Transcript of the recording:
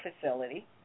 facility